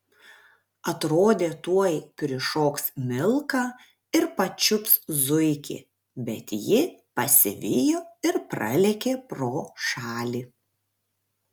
atrodė tuoj prišoks milka ir pačiups zuikį bet ji pasivijo ir pralėkė pro šalį